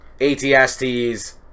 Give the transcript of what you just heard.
ATSTs